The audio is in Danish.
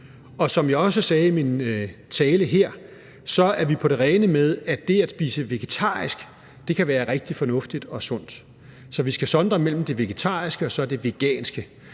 Og som jeg også sagde i min tale her, er vi på det rene med, at det at spise vegetarisk kan være rigtig fornuftigt og sundt. Så vi skal sondre mellem det vegetariske og det veganske,